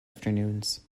afternoons